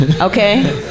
Okay